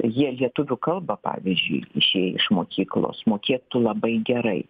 jie lietuvių kalbą pavyzdžiui išėję iš mokyklos mokėtų labai gerai